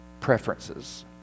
preferences